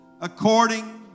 according